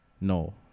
No